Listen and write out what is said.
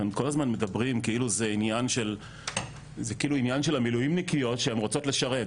כאן כל הזמן מדברים כאילו זה עניין של המילואמניקיות שהן רוצות לשרת,